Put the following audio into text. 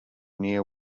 near